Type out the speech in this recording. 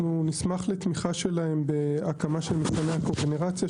נשמח לתמיכה שלהם בהקמה של מפעלי הקוגנרציה,